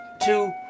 two